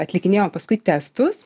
atlikinėjo paskui testus